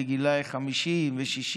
בגילי 50 ו-60,